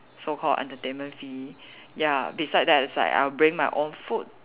so called entertainment fee ya beside that it's like I'll bring my own food